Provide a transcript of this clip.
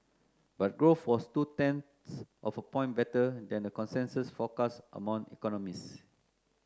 but growth was two tenths of a point better than a consensus forecast among economists